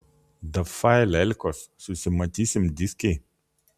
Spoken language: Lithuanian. dafai lelkos susimatysim dyskėj